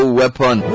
weapon